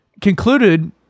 concluded